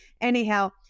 Anyhow